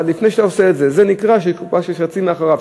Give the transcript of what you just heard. זה נקרא שיש קופה של שרצים מאחוריו,